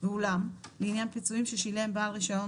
ואולם לעניין פיצויים ששילם בעל רישיון